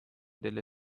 delle